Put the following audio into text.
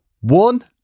one